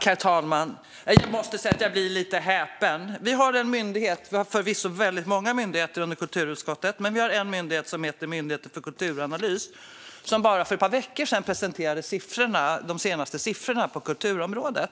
Herr talman! Jag måste säga att jag blir lite häpen. Vi har förvisso väldigt många myndigheter under kulturutskottet, men vi har en myndighet som heter Myndigheten för kulturanalys som bara för ett par veckor sedan presenterade de senaste siffrorna på kulturområdet.